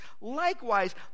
Likewise